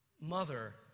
mother